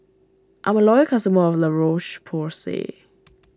I'm a loyal customer of La Roche Porsay